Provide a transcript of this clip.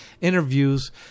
interviews